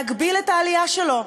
להגביל את העלייה שלו.